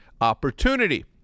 opportunity